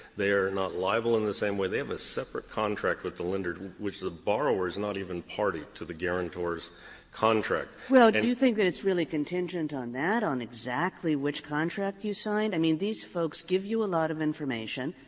they are not liable in the same way. they have a separate contract with the lender, which the borrower is not even party to the guarantor's contract. kagan well, do and you think that it's really contingent on that, on exactly which contract you signed? i mean, these folks give you a lot of information,